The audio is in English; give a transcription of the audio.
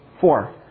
Four